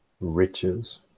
riches